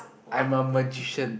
I'm a magician